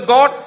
God